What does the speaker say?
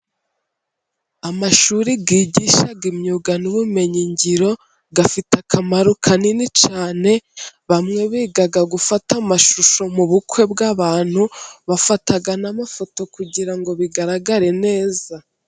Amashuri yigisha imyuga n'ubumenyi ngiro, afite akamaro kanini cyane; bamwe biga gufata amashusho mu bukwe bw'abantu, bafata n'amafoto kugirango ngo bigaragare neza.